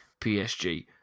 PSG